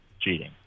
cheating